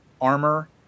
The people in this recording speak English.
armor